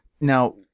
Now